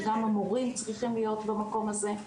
שגם המורים צריכים להיות במקום הזה.